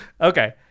Okay